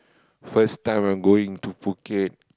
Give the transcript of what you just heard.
first time I'm going to Phuket